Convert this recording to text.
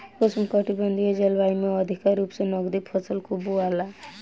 उष्णकटिबंधीय जलवायु में अधिका रूप से नकदी फसल के बोआला